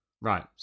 Right